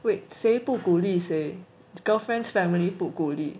wait 谁不鼓励谁 girlfriend's family 不鼓励